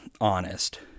honest